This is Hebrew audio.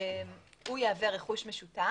הוא יהווה רכוש משותף.